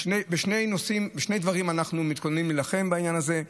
בשני דברים אנחנו מתכוונים להילחם בעניין הזה: